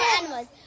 animals